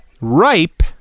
ripe